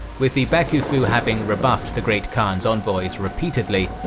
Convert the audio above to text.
with the bakufu having rebuffed the great khan's envoys repeatedly,